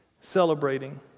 celebrating